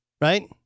Right